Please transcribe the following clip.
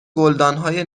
گلدانهای